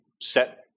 set